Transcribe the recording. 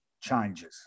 changes